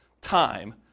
time